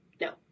no